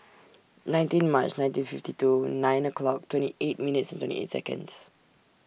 nineteen Mar nineteen fifty two nine o'clock twenty eight minutes twenty eight Seconds